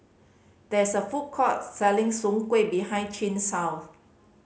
there is a food court selling Soon Kuih behind Chin's house